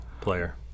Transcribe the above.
player